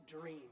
dream